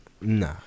Nah